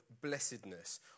blessedness